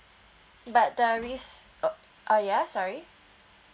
but there is oh ya sorry